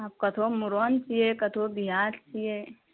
आब कतहो मुड़न छियै कतहो बिआह छियै